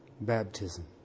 baptism